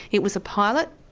it was a pilot,